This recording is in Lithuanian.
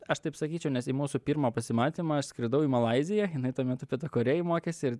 aš taip sakyčiau nes į mūsų pirmą pasimatymą aš skridau į malaiziją jinai tuo metu pietų korėjoj mokės ir